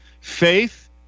faith